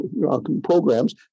programs